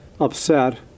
upset